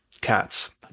Cats